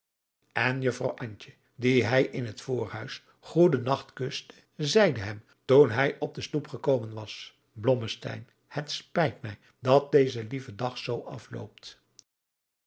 en juffrouw antje die hij in het voorhuis goeden nacht kuste zeide hem toen hij op de stoep gekomen was blommesteyn het spijt mij dat deze lieve dag zoo afloopt